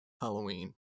halloween